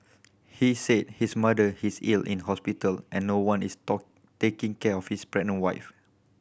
he said his mother is ill in hospital and no one is taking care of his pregnant wife